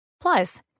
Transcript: Plus